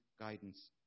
guidance